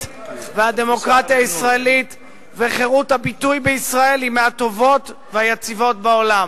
והדמוקרטיה הישראלית וחירות הביטוי בישראל הן מהטובות והיציבות בעולם?